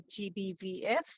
GBVF